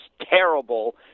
terrible